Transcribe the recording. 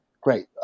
great